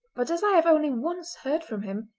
but as i have only once heard from him,